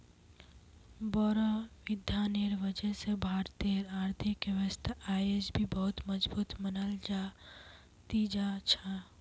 बोड़ो विद्वानेर वजह स भारतेर आर्थिक व्यवस्था अयेज भी बहुत मजबूत मनाल जा ती जा छ